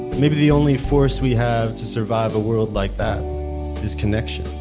maybe the only force we have to survive a world like that is connection.